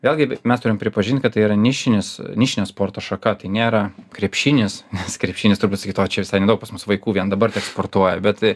vėlgi mes turim pripažint kad tai yra nišinis nišinė sporto šaka tai nėra krepšinis nes krepšinis turbūt sakytų o čia visai nedaug pas mus vaikų vien dabar tiek sportuoja bet